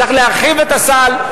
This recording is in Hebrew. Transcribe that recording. צריך להרחיב את הסל,